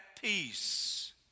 peace